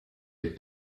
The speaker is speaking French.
est